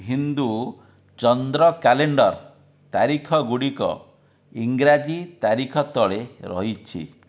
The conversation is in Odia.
ହିନ୍ଦୁ ଚନ୍ଦ୍ର କ୍ୟାଲେଣ୍ଡର ତାରିଖଗୁଡ଼ିକ ଇଂରାଜୀ ତାରିଖ ତଳେ ରହିଛି